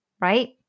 right